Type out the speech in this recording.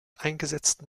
eingesetzten